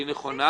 היא נכונה,